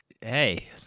hey